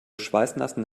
schweißnassen